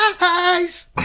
eyes